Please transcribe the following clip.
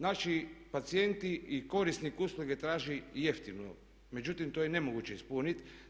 Naši pacijenti i korisnik usluge traži jeftino, međutim to je nemoguće ispuniti.